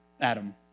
Adam